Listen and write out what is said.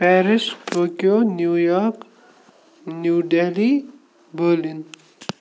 Paris Tokyo New York New Delhi Berlin